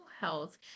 health